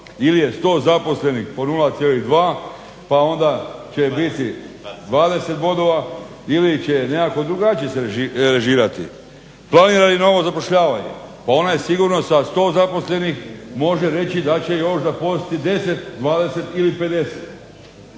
ili je sto zaposlenih po 0,2 pa onda će biti 20 bodova ili će nekako drugačije se režirati? Planira li novo zapošljavanje? Pa onaj sigurno sa 100 zaposlenih može reći da će još zaposliti 10, 20 ili 50.